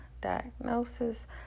diagnosis